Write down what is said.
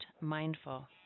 mindful